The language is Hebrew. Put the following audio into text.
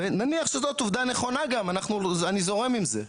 נניח שזאת עובדה נכונה גם, אני זורם עם זה.